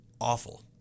awful